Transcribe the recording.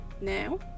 now